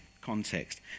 context